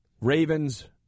Ravens